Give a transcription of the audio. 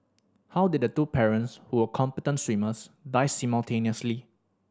how did two parents who were competent swimmers die simultaneously